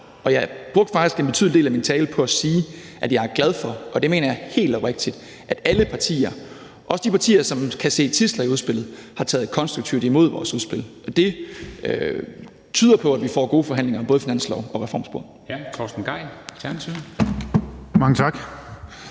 Jeg brugte faktisk en betydelig del af min tale på at sige, at jeg er glad for – og det mener jeg helt oprigtigt – at alle partier, også de partier, som kan se tidsler i udspillet, har taget konstruktivt imod vores udspil. Det tyder på, at vi får gode forhandlinger både i finanslovssporet og reformsporet.